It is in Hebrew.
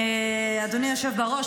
אדוני היושב בראש,